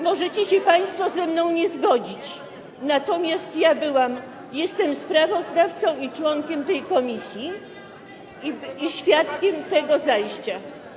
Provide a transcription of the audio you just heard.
Możecie się państwo ze mną nie zgodzić, natomiast jestem sprawozdawcą, członkiem tej komisji i świadkiem tego zajścia.